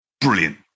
Brilliant